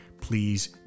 please